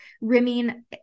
rimming